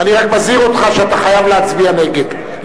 אני רוצה נציגים של משרד האוצר גם בתוך מועצת הנפט.